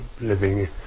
living